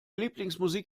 lieblingsmusik